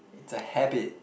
it's a habit